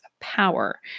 power